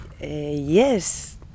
Yes